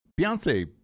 Beyonce